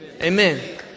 Amen